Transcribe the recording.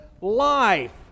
life